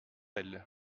elles